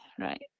right